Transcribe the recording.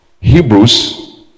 Hebrews